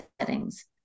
settings